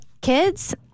kids